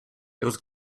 was